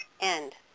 end